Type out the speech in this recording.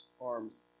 arms